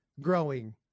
growing